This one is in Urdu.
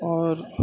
اور